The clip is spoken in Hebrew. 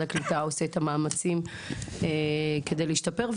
הקליטה עושה את המאמצים כדי להשתפר,